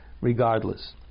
regardless